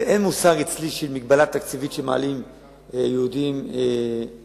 אין אצלי מושג של מגבלה תקציבית כשמעלים יהודים לארץ.